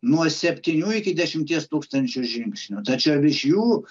nuo septynių iki dešimties tūkstančių žingsnių tačiau iš jų